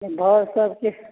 दहु सब किछु